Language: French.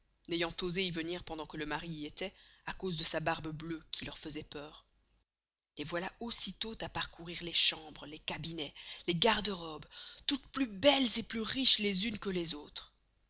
n'ayant osé y venir pendant que le mari y estoit à cause de sa barbe bleuë qui leur faisoit peur les voilà aussi tost à parcourir les chambres les cabinets les garderobes toutes plus belles et plus riches les unes que les autres